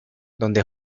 donde